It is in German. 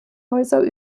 häuser